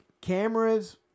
Cameras